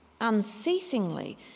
unceasingly